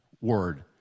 word